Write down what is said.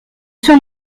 soins